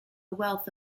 wealth